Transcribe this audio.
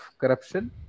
corruption